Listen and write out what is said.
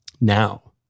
now